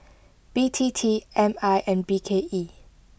B T T M I and B K E